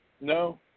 No